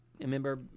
Remember